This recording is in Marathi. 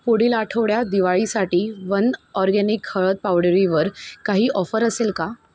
पुढील आठवड्यात दिवाळीसाठी वन ऑरगॅनिक हळद पावडरीवर काही ऑफर असेल का